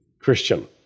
Christian